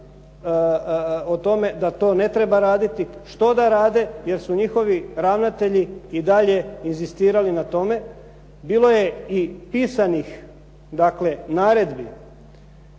o tome da to ne treba raditi, što da rade jer su njihovi ravnatelji i dalje inzistirali o tome, bilo je i pisanih dakle naredbi.